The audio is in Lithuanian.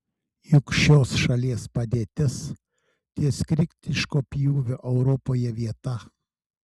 juk šios šalies padėtis ties kritiško pjūvio europoje vieta